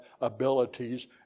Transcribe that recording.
abilities